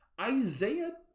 Isaiah